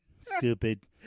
Stupid